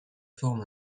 forme